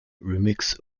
remix